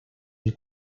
del